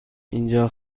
اینجا